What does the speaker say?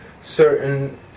certain